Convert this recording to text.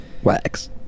Wax